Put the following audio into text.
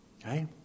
Okay